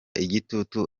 igitutu